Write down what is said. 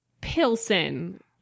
Pilsen